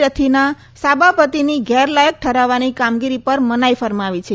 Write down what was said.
રથીના સાબાપતિની ગેરલાયક ઠરાવવાની કામગીરી પર મનાઈ ફરમાવી છે